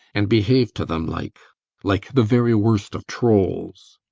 and behaved to them like like the very worst of trolls.